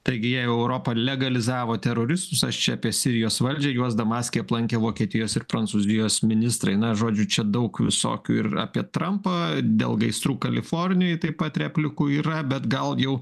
taigi jei europa legalizavo teroristus aš čia apie sirijos valdžią juos damaske aplankė vokietijos ir prancūzijos ministrai na žodžiu čia daug visokių ir apie trampą dėl gaisrų kalifornijoj taip pat replikų yra bet gal jau